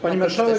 Pani Marszałek!